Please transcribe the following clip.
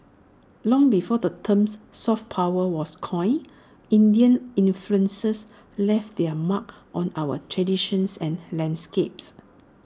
long before the terms soft power was coined Indian influences left their mark on our traditions and landscapes